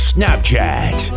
Snapchat